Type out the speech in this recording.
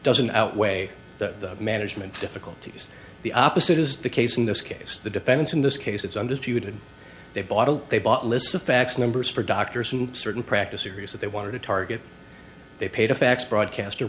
doesn't outweigh the management difficulties the opposite is the case in this case the defendants in this case it's undisputed they bought it they bought lists of fax numbers for doctors in certain practices areas that they wanted to target they paid a fax broadcast